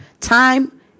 time